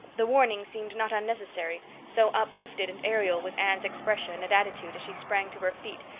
the warning seemed not unnecessary, so uplifted and aerial was anne's expression and attitude as she sprang to her feet,